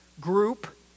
group